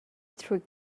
through